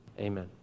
Amen